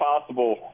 possible